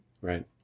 Right